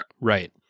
Right